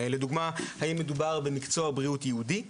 לדוגמה האם מדובר במקצוע בריאות ייעודי,